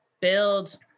build